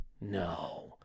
no